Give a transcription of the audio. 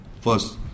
first